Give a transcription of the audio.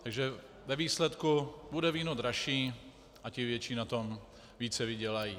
Takže ve výsledku bude víno dražší a ti větší na tom více vydělají.